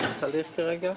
היא בתהליך כרגע,